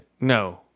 No